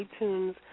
iTunes